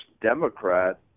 Democrat